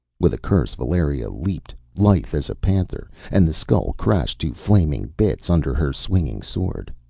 with a curse valeria leaped, lithe as a panther, and the skull crashed to flaming bits under her swinging sword.